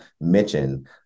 mention